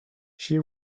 she